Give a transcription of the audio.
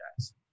guys